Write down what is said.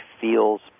feels